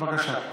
בבקשה.